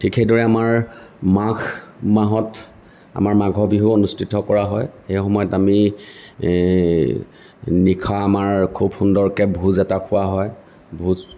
ঠিক সেইদৰে মাঘ মাহত আমাৰ মাঘৰ বিহু অনুষ্ঠিত কৰা হয় সেই সময়ত আমি নিশা আমাৰ খুব সুন্দৰকৈ ভোজ এটা খোৱা হয় ভোজ